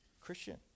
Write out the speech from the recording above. Christian